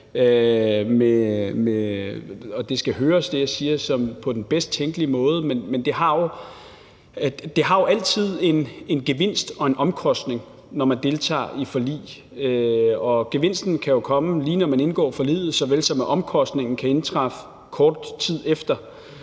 skal høres på den bedst tænkelige måde. Der er jo altid en gevinst og en omkostning ved at deltage i forlig, og gevinsten kan komme, lige når man indgår forliget, lige såvel som at omkostningen kan indtræffe kort tid efter,